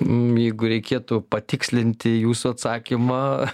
jeigu reikėtų patikslinti jūsų atsakymą